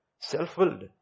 Self-willed